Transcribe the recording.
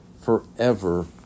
forever